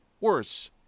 worse